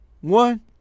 One